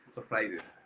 surprises.